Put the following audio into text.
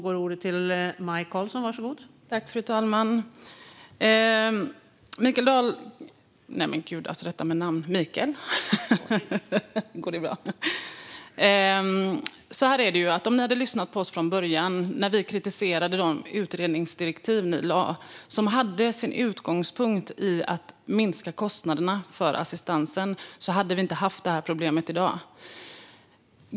Fru talman! Om ni hade lyssnat på oss från början, Mikael Dahlqvist, när vi kritiserade de utredningsdirektiv som ni gav och som hade sin utgångspunkt i att minska kostnaderna för assistansen, hade vi inte haft det här problemet i dag.